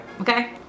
Okay